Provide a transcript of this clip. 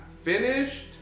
finished